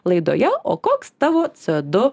laidoje o koks tavo co du